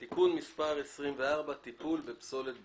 (תיקון מס' 24) (טיפול בפסולת בניין),